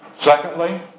Secondly